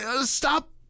Stop